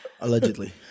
Allegedly